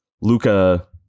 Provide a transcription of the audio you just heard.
Luca